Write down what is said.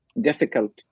difficult